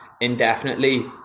indefinitely